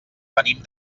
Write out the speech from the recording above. venim